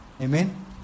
amen